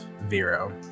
Vero